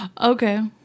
okay